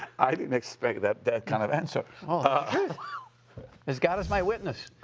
i didn't expect that that kind of answer. ah as god as my witness!